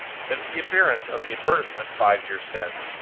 since the appearance of the advertisement five years since,